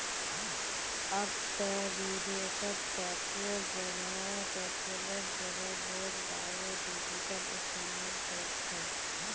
अब ते विदेशत पेट्रोलेर जगह लोग बायोडीजल इस्तमाल कर छेक